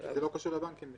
זה לא קשור לבנקים בכלל.